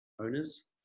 owners